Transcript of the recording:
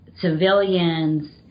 civilians